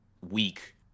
weak